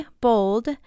Bold